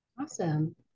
Awesome